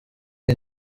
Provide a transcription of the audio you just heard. ari